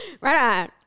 Right